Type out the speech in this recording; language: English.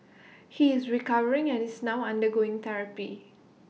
he is recovering and is now undergoing therapy